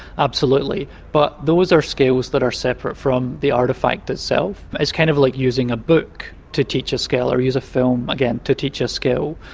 absolutely. but those are skills that are separate from the artefact itself. it's kind of like using a book to teach a skill, or use a film, again, to teach a skill,